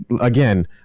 again